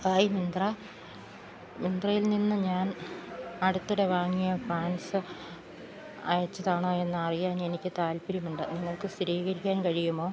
hi Myntra മിന്ത്രയിൽ നിന്ന് ഞാൻ അടുത്തിടെ വാങ്ങിയ പാൻ്റ്സ് അയച്ചതാണോ എന്ന് അറിയാൻ എനിക്ക് താൽപ്പര്യമുണ്ട് നിങ്ങൾക്ക് സ്ഥിരീകരിക്കാൻ കഴിയുമോ